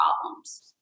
problems